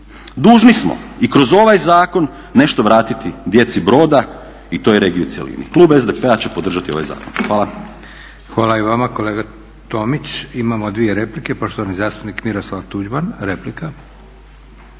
Dužni smo i kroz ovaj zakon nešto vratiti djeci Broda i toj regiji u cjelini. Klub SDP-a će podržati ovaj zakon. Hvala.